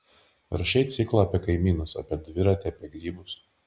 rašei ciklą apie kaimynus apie dviratį apie grybus